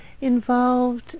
involved